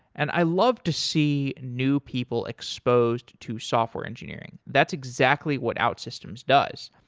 and i love to see new people exposed to software engineering. that's exactly what outsystems does.